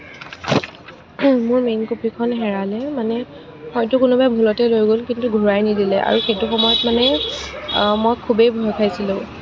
মোৰ মেইন কপীখন হেৰালে মানে হয়তো কোনোবাই ভুলতে লৈ গ'ল কিন্তু ঘূৰাই নিদিলে আৰু সেইটো সময়ত মানে মই খুবেই ভয় খাইছিলোঁ